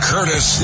Curtis